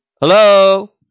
Hello